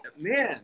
Man